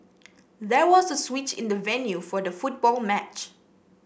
there was a switch in the venue for the football match